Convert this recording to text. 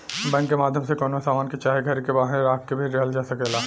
bank के माध्यम से कवनो सामान के चाहे घर के बांहे राख के भी लिहल जा सकेला